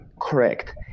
Correct